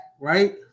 Right